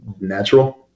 natural